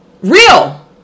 real